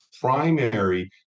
primary